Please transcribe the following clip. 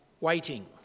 waiting